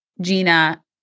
Gina